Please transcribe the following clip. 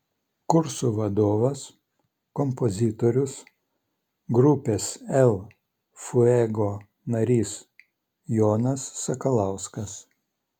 kursų vadovas kompozitorius grupės el fuego narys jonas sakalauskas